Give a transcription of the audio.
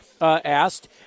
asked